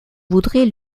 voudrais